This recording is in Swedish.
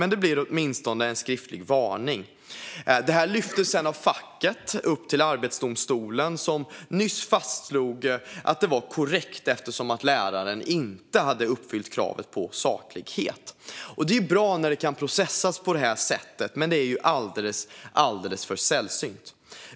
Men det blev åtminstone en skriftlig varning. Det här lyftes sedan av facket upp till Arbetsdomstolen, som nyss fastslog att varningen var korrekt eftersom läraren inte hade uppfyllt kravet på saklighet. Det är bra när det kan processas på det här sättet, men det är alldeles för sällsynt.